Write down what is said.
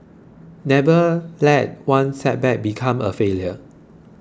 never let one setback become a failure